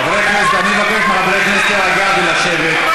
חברי הכנסת, אני מבקש מחברי הכנסת להירגע ולשבת.